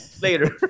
Later